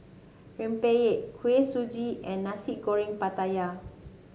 Rempeyek Kuih Suji and Nasi Goreng Pattaya